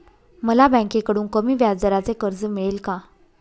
मला बँकेकडून कमी व्याजदराचे कर्ज मिळेल का?